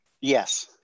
yes